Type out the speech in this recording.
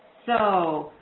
so,